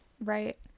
Right